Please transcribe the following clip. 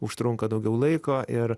užtrunka daugiau laiko ir